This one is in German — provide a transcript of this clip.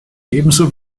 ebenso